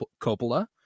Coppola